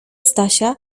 stasia